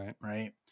Right